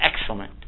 excellent